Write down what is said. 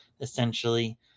essentially